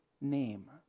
name